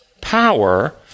power